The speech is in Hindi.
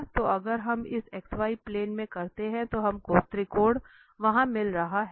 तो अगर हम इस xy प्लेन में करते हैं तो हमको त्रिकोण वहाँ मिल रहा है